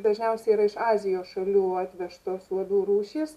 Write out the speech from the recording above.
dažniausiai yra iš azijos šalių atvežtos uodų rūšys